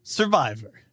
survivor